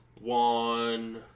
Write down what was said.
one